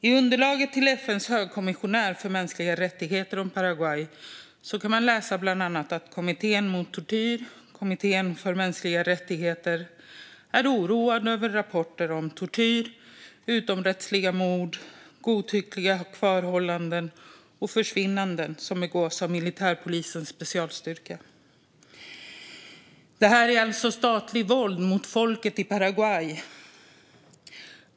I underlaget om Paraguay till FN:s högkommissionär för mänskliga rättigheter kan man läsa bland annat att kommittén mot tortyr och kommittén för mänskliga rättigheter är oroade över rapporter om tortyr, utomrättsliga mord, godtyckliga kvarhållanden och försvinnanden som begås av militärpolisens specialstyrka. Det här är alltså statligt våld mot folket i Paraguay.